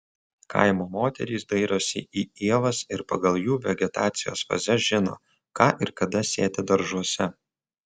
kaimo moterys dairosi į ievas ir pagal jų vegetacijos fazes žino ką ir kada sėti daržuose